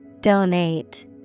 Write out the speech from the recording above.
Donate